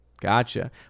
Gotcha